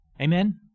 Amen